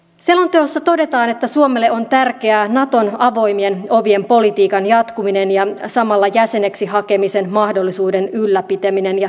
selonteossa todetaan että suomelle on tärkeää naton avoimien ovien politiikan jatkuminen ja samalla jäseneksi hakemisen mahdollisuuden ylläpitäminen ja hyvä niin